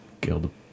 guild